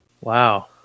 Wow